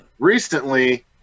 Recently